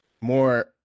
more